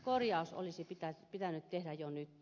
korjaus olisi pitänyt tehdä jo nyt